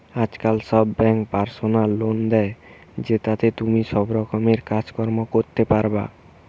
আজকাল সব বেঙ্কই পার্সোনাল লোন দে, জেতাতে তুমি সব রকমের কাজ কর্ম করতে পারবা